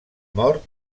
mort